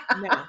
No